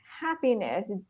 happiness